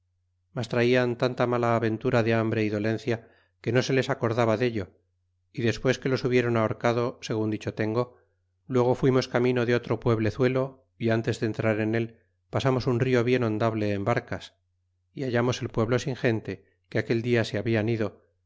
mas traian tanta mala aventura de hambre y dolencia que no se les acordaba dello y dgspues que los hubieron ahorcado segen dicho tengo luego fuimos camino de o rq pueblezuelo y antes de entrar en el pasamos un rio bien hondable en barcas y hallarnos el pueblo sin gente que aquel dia se hablan ido